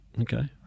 Okay